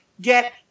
get